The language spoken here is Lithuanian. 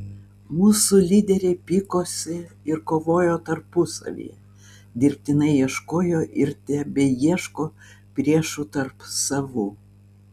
mūsų lyderiai pykosi ir kovojo tarpusavyje dirbtinai ieškojo ir tebeieško priešų tarp savų